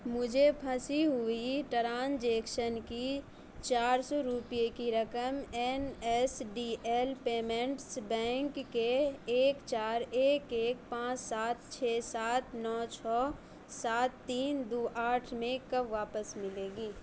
مجھے پھنسی ہوئی ٹرانجیکشن کی چار سو روپیے کی رقم N S D L payments bank کے ایک چار ایک ایک پانچ سات چھ سات نو چھ سات تین دو آٹھ میں کب واپس ملے گی